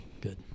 Good